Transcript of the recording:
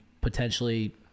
potentially